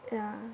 yeah